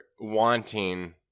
wanting